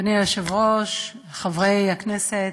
אדוני היושב-ראש, חברי הכנסת,